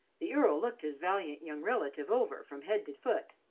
the earl looked his valiant young relative over from head to foot.